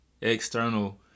External